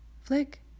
flick